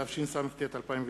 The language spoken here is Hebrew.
התשס"ט 2009,